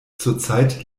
zurzeit